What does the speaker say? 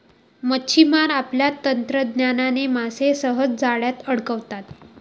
मच्छिमार आपल्या तंत्रज्ञानाने मासे सहज जाळ्यात अडकवतात